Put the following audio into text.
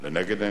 לנגד עינינו.